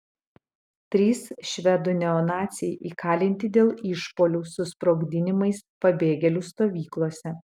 trys švedų neonaciai įkalinti dėl išpuolių su sprogdinimais pabėgėlių stovyklose